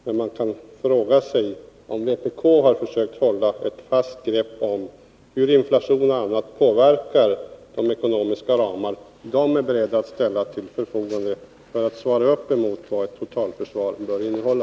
Men man kan fråga sig, om vpk har försökt hålla ett fast grepp om kostnaderna med hänsyn till hur inflation och annat påverkar de ekonomiska ramar som man från vpk:s sida är beredd att ställa till förfogande för att svara mot vad ett totalförsvar bör innehålla.